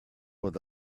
with